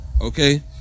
Okay